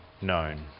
known